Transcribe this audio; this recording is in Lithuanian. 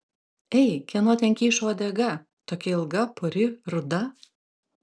ei kieno ten kyšo uodega tokia ilga puri ruda